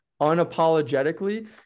unapologetically